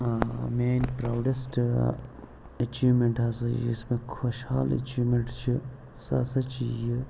میٛٲنۍ proudest achievement ہَسا یُس مےٚ خوشحال اٮ۪چیٖومٮ۪نٛٹ چھِ سُہ ہَسا چھِ یِہ